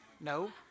No